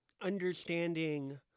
understanding